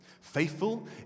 Faithful